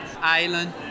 island